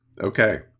okay